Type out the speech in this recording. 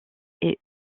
est